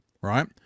right